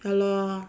ya lor